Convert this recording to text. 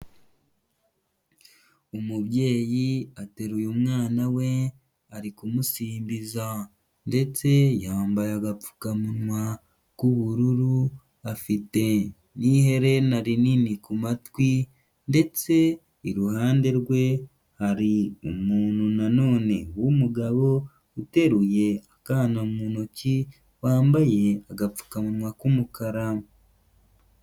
Umubyeyi ateruye umwana we ari kumusimbiza ndetse yambaye agapfukamunwa k'ubururu afite n'iherena rinini ku matwi ndetse iruhande rwe hari umuntu nanone w'umugabo uteruye akana mu ntoki, wambaye agapfukamunwa k'umukara.